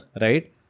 right